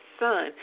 son